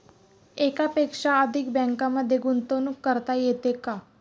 एकापेक्षा अधिक बँकांमध्ये गुंतवणूक करता येते का?